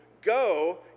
Go